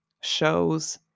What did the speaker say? shows